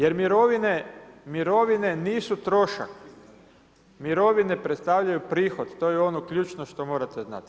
Jer mirovine nisu trošak, mirovine predstavljaju prihod, to je ono ključno što morate znati.